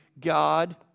God